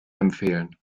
empfehlen